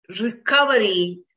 recovery